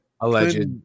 Alleged